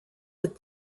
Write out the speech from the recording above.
but